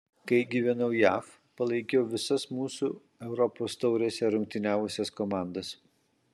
kai gyvenau jav palaikiau visas mūsų europos taurėse rungtyniavusias komandas